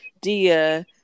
Dia